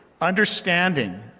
understanding